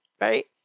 Right